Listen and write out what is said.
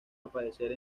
aparecer